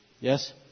Yes